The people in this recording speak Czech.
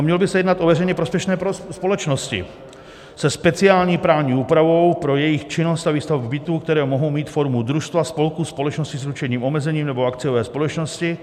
Mělo by se jednat o veřejně prospěšné společnosti se speciální právní úpravou pro jejich činnost a výstavbu bytů, které mohou mít formu družstva, spolku, společnosti s ručením omezeným nebo akciové společnosti.